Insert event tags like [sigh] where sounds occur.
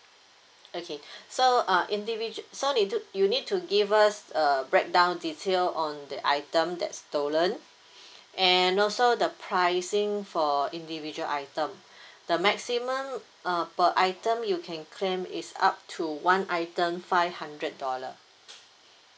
okay [breath] so uh individual so need to you need to give us uh breakdown detail on the item that stolen [breath] and also the pricing for individual item [breath] the maximum uh per item you can claim is up to one item five hundred dollar